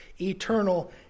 eternal